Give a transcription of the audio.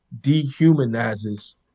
dehumanizes